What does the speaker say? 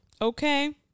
okay